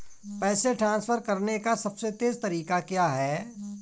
पैसे ट्रांसफर करने का सबसे तेज़ तरीका क्या है?